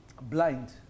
blind